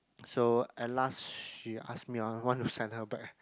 so at last she ask me I I wanna send her back